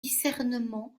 discernement